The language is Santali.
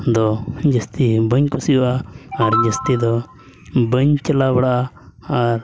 ᱫᱚ ᱡᱟᱹᱥᱛᱤ ᱵᱟᱹᱧ ᱠᱩᱥᱤᱭᱟᱜᱼᱟ ᱟᱨ ᱡᱟᱹᱥᱛᱤ ᱫᱚ ᱵᱟᱹᱧ ᱪᱟᱞᱟᱣ ᱵᱟᱲᱟᱜᱼᱟ ᱟᱨ